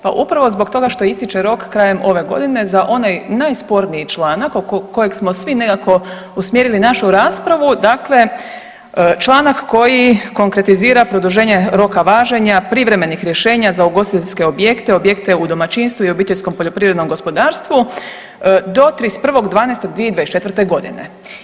Pa upravo zbog toga što ističe rok krajem ove godine za onaj najsporniji članak oko kojeg smo svi nekako usmjerili našu raspravu, dakle članak koji konkretizira roka važenja privremenih rješenja za ugostiteljske objekte, objekte u domaćinstvu i obiteljskom poljoprivrednom gospodarstvu do 31.12.2024. godine.